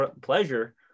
pleasure